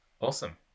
Awesome